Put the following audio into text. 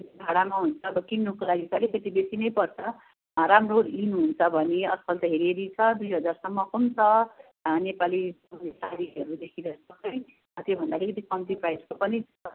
भाडामा हुन्छ अब किन्नुको लागि त अलिकिति बेसी नै पर्छ राम्रो लिनुहुन्छ भने आजकल त हेरी हेरी छ दुई हजारसम्मको पनि छ नेपाली उयो साडीहरूदेखि लिएर सबै त्योभन्दा अलिकति कम्ती प्राइसको पनि छ